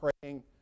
praying